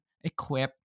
equip